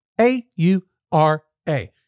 A-U-R-A